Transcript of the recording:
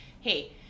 hey